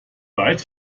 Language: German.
weit